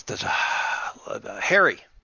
harry